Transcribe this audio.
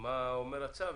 מה אומר הצו,